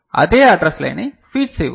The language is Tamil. அதே அட்ரஸ் லைனை ஃபீட் செய்வோம்